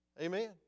Amen